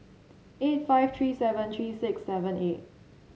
eight five three seven three six seven eight